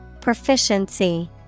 Proficiency